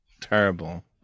terrible